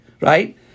right